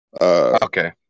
Okay